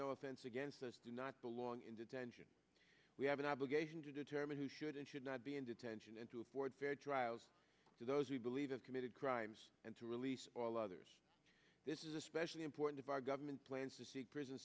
no offense against us do not belong in detention we have an obligation to determine who should and should not be in detention and to afford very trials to those we believe have committed crimes and to release all others this is especially important if our government plans to seek prison